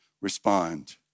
respond